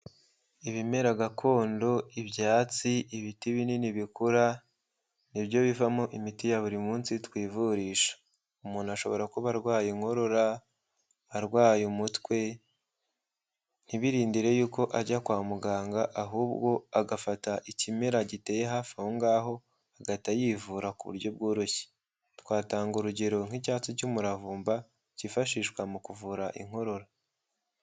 Ibimera gakondo, ibyatsi, ibiti binini bikura, nibyo bivamo imiti ya buri munsi twivurisha. Umuntu ashobora kuba arwaye inkorora, arwaye umutwe, ntibirindire yuko ajya kwa muganga ahubwo agafata ikimera giteye hafi aho ngaho, agahita yivura ku buryo bworoshye. Twatanga urugero nk'icyatsi cy'umuravumba cyifashishwa mu kuvura inkorora.